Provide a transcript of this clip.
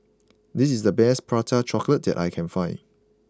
this is the best Prata Chocolate that I can find